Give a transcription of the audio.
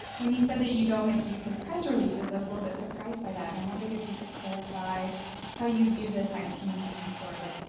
when you said that you don't make use of press releases, i was a little bit surprised by that, and i wondered if you could clarify how you view the science communication sort of, like,